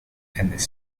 and